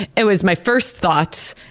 and it was my first thought,